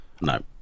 No